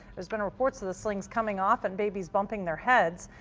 there's been reports of the slings coming off and babies bumping their heads.